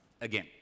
again